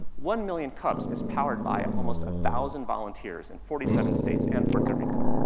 one million cups is powered by almost a thousand volunteers in forty seven states and puerto rico.